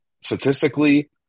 Statistically